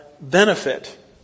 benefit